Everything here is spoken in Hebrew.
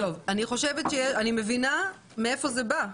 אני מבינה מהיכן זה בא.